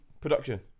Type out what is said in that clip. production